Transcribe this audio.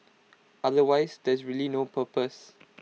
otherwise there's really no purpose